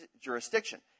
jurisdiction